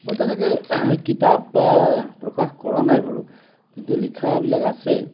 মই তেনেকে কিতাপ প্ৰকাশ কৰা নাই বাৰু কিন্তু লিখাবিলাক আছে